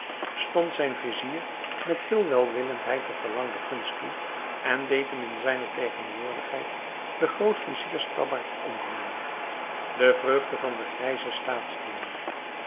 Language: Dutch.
stond zijn vizier met veel welwillendheid de verlangde gunst toe en deed hem in zijne tegenwoordigheid den groot viziers tabbaard omhangen de vreugde van den grijzen